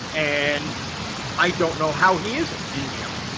and i don't know how he isn't in jail.